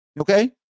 Okay